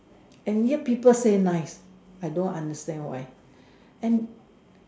and yet people say nice I don't understand why and